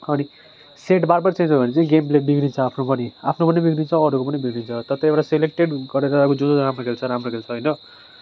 अनि साइड बार बार चेन्ज हो भने चाहिँ गेम प्लान बिग्रिन्छ आफ्नो पनि आफ्नो पनि बिग्रिन्छ अरूको पनि बिग्रिन्छ त त्यही भएर सेलेक्टेड गरेर अब जो जो राम्रो खेल्छ राम्रो खेल्छ होइन